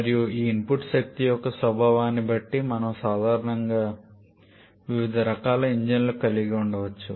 మరియు ఈ ఇన్పుట్ శక్తి యొక్క స్వభావాన్ని బట్టి మనం సాధారణంగా వివిధ రకాల ఇంజిన్లను కలిగి ఉండవచ్చు